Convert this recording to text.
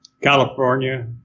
California